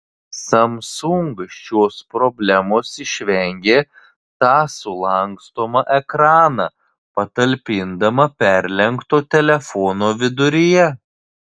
samsung šios problemos išvengė tą sulankstomą ekraną patalpindama perlenkto telefono viduryje